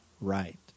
right